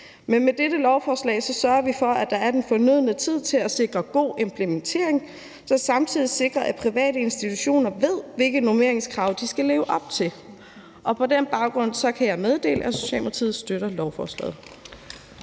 Men med dette lovforslag sørger vi for, at der er den fornødne tid til at sikre god implementering, som samtidig sikrer, at private institutioner ved, hvilke normeringskrav de skal leve op til. På den baggrund kan jeg meddele, at Socialdemokratiet støtter lovforslaget.